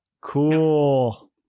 Cool